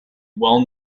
well